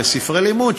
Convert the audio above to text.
וספרי לימוד,